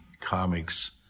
comics